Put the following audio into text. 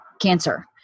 cancer